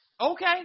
Okay